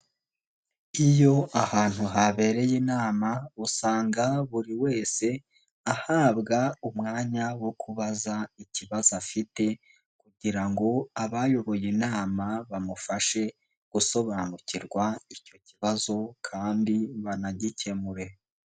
Iyo ahantu habereye inama, usanga buri wese ahabwa umwanya wo kubaza ikibazo afite kugira ngo abayoboye inama bamufashe gusobanukirwa icyo kibazo kandi banagikemure.